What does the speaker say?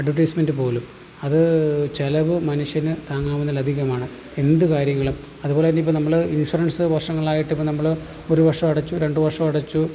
advertisement പോലും അത് ചിലവ് മനുഷ്യന് താങ്ങാവുന്നതിൽ അധികമാണ് എന്ത് കാര്യങ്ങളും അതുപോലെ തന്നെ ഇപ്പോൾ നമ്മൾ ഇൻഷുറൻസ് വർഷങ്ങളായിട്ട് ഇപ്പോൾ നമ്മൾ ഒരുവർഷം അടച്ചു രണ്ട് വർഷം അടച്ചു